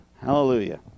Hallelujah